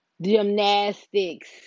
gymnastics